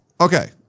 Okay